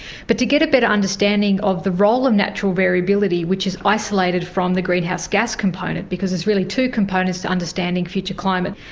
but to get a better understanding of the role of natural variability which is isolated from the greenhouse gas component because there is really two components to understanding future climate,